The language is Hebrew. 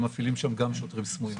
הם מפעילים שם גם שוטרים סמויים.